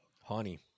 honey